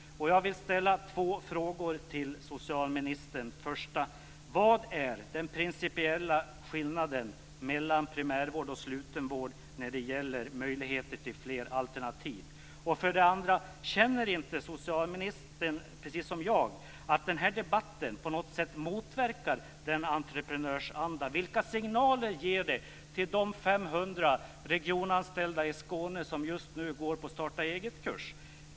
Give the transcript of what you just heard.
Vad är den principiella skillnaden mellan primärvård och slutenvård när det gäller möjligheten till fler alternativ? Känner inte socialministern, precis som jag, att den här debatten på något sätt motverkar entreprenörsandan? Vilka signaler ger den till de 500 regionanställda i Skåne som just nu går på starta-eget-kurs.